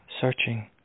searching